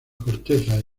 corteza